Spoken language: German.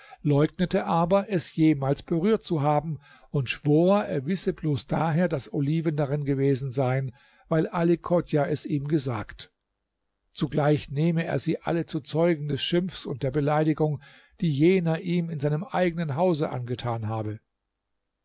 leugnete aber es jemals berührt zu haben und schwor er wisse bloß daher daß oliven darin gewesen seien weil ali chodjah es ihm gesagt zugleich nehme er sie alle zu zeugen des schimpfs und der beleidigung die jener ihm in seinem eigenen hause angetan habe